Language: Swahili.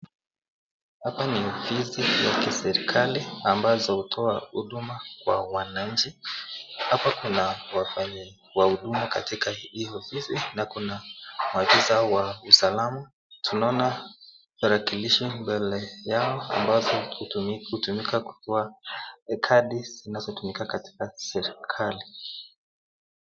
Hapa ni ofisi ya kiserekali ambazo hutoa huduma kwa wananchi . Hapa Kuna wafanyi Wa huduma hii ofisi na Kuna maafisa Wa usalama. Tunaona tarakilishi mbele yao ambazo hutumika kuwa ekadi zinazo tumika katika serekali.